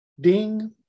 ding